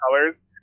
colors